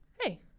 hey